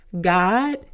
God